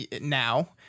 now